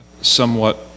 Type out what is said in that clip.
somewhat